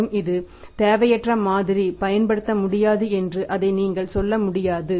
மற்றும் இது தேவையற்ற மாதிரி பயன்படுத்த முடியாது என்று அதை நீங்கள் சொல்ல முடியாது